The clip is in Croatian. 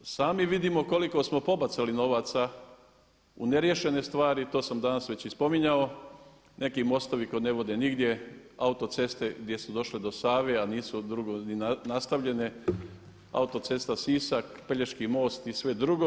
Sami vidimo koliko smo pobacali novaca u neriješene stvari i to sam danas već i spominjao, neki mostovi koji ne vode nigdje, autoceste gdje su došle do Save a nisu drugo ni nastavljene, autocesta Sisak-Pelješki most i sve drugo.